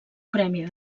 premi